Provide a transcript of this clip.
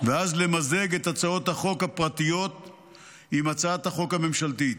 ואז למזג את הצעות החוק הפרטיות עם הצעת החוק הממשלתית.